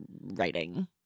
writing